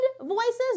voices